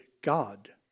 God